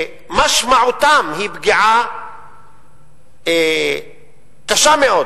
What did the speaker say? שמשמעותה היא פגיעה קשה מאוד